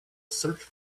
search